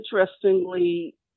interestingly